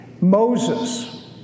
Moses